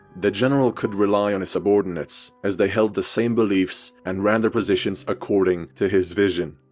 the general could rely on his subordinates, as they held the same beliefs and ran their positions according to his vision.